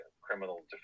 criminal